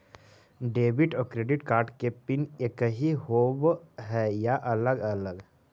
Debit और credit card के pin एकही होव हइ या अलग अलग?